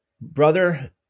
Brother